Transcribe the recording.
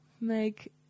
make